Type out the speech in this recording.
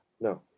No